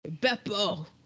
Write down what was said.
Beppo